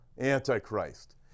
Antichrist